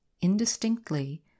indistinctly